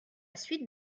suite